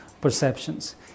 perceptions